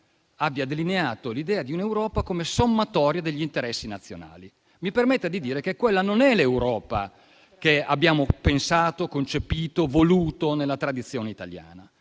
in quest'Aula l'idea di un'Europa come sommatoria degli interessi nazionali. Mi permetta di dire che quella non è l'Europa che abbiamo pensato, concepito, voluto nella tradizione italiana.